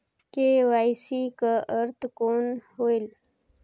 KYC कर अर्थ कौन होएल?